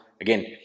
again